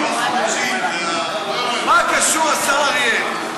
מה קשור השר אריאל?